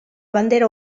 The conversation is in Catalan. bandera